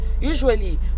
Usually